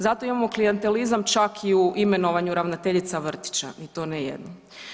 Zato imamo klijentelizam čak i u imenovanju ravnateljica vrtića i to ne jednom.